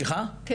לא,